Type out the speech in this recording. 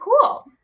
cool